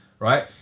Right